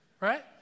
Right